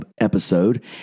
episode